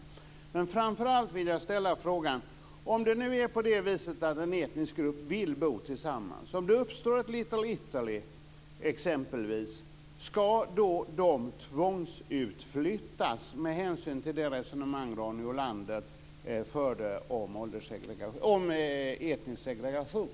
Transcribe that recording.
Jag vill framför allt fråga: Om nu en etnisk grupp vill bo tillsammans - om det uppstår ett Little Italy, exempelvis - skall de då tvångsutflyttas med hänsyn till det resonemang Ronny Olander förde om etnisk segregation?